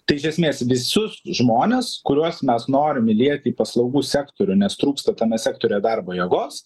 tai iš esmės visus žmones kuriuos mes norim įlieti į paslaugų sektorių nes trūksta tame sektoriuje darbo jėgos